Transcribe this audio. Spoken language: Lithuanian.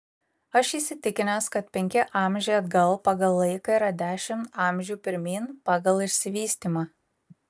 aš įsitikinęs kad penki amžiai atgal pagal laiką yra dešimt amžių pirmyn pagal išsivystymą